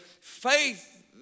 faith